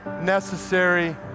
necessary